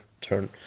turn